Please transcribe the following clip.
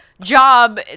job